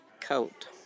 coat